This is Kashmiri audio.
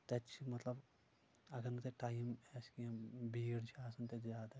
تتہِ چھِ مطلب اگر نہٕ تتہِ ٹایم آسہِ کینٛہہ بیٖڑ چھِ آسان تتہِ زیادٕ